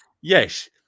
yes